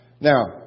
Now